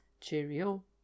cheerio